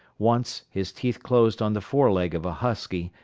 once, his teeth closed on the fore leg of a husky,